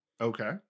Okay